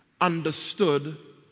understood